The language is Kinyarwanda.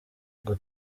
ngo